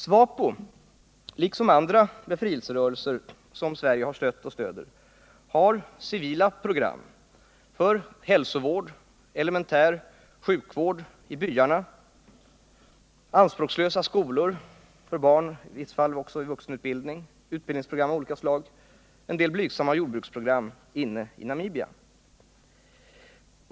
SWAPO har — liksom andra befrielserörelser som Sverige har stött och stöder — civila program för hälsovård och elementär sjukvård i byarna, anspråkslösa skolor för barn och i vissa fall också vuxenutbildning och utbildningsprogram av olika slag och vidare en del blygsamma jordbruksprogram inne i Namibia.